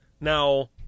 Now